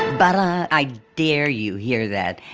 but i dare you hear that.